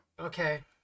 Okay